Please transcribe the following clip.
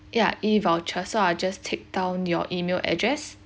ya E-voucher so I just take down your E-mail address